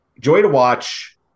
joy-to-watch